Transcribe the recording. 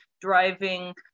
driving